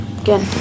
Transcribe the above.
Again